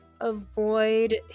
avoid